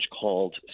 called